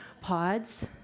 pods